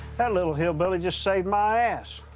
that little hillbilly just saved my ass.